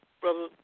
Brother